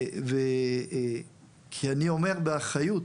כי אני אומר באחריות,